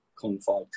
confide